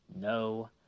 No